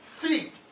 feet